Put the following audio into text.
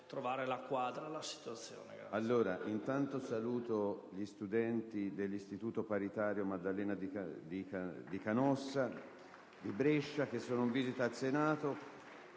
nuova finestra"). Saluto gli studenti dell'Istituto paritario «Maddalena di Canossa», di Brescia, che sono in visita al Senato,